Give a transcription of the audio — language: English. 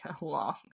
long